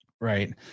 right